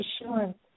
assurance